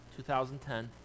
2010